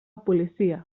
policia